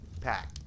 pack